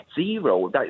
zero